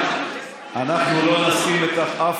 בוודאי שאנחנו לא נסכים לכך,